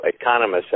economists